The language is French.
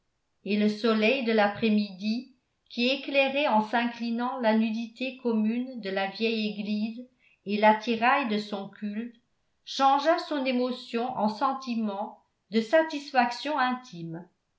et le soleil de l'après-midi qui éclairait en s'inclinant la nudité commune de la vieille église et l'attirail de son culte changea son émotion en sentiment de satisfaction intime